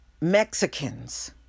Mexicans